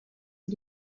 für